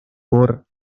por